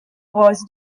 was